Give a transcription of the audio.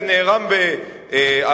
זה נערם במערומים,